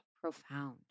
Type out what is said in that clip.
Profound